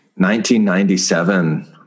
1997